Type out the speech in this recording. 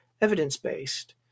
evidence-based